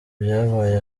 byabaye